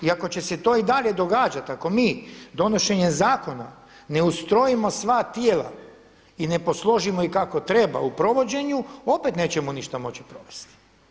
I ako će se to i dalje događati, ako mi donošenje zakona ne ustrojimo sva tijela i ne posložimo ih kako treba u provođenju, opet nećemo ništa moći provesti.